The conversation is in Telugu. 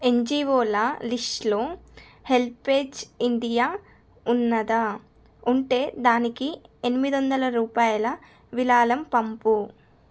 యన్జిఓల లిస్ట్లో హెల్పేజ్ ఇండియా ఉన్నదా ఉంటే దానికి ఎనిమిది వందల రూపాయల విరాళం పంపుము